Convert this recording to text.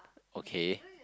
okay